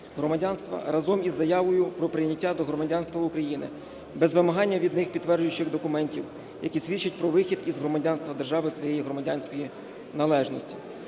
громадянства разом із заявою про прийняття до громадянства України без вимагання від них підтверджуючих документів, які свідчать про вихід із громадянства держави своєї громадянської належності.